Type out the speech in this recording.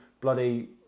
bloody